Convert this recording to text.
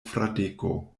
fradeko